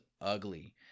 ugly